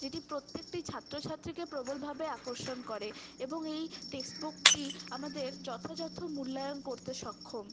যেটি প্রত্যেকটি ছাত্র ছাত্রীকে প্রবলভাবে আকর্ষণ করে এবং এই টেক্সট বুকটি আমাদের যথযথ মূল্যায়ণ করতে সক্ষম